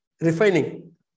refining